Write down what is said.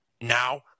Now